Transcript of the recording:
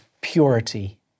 purity